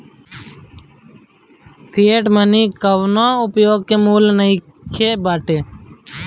fiat money के कवनो उपयोग मूल्य भी नाइ बाटे